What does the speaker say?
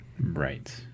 Right